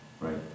right